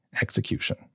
execution